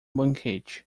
banquete